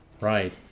Right